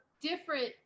different